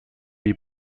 die